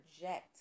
project